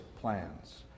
plans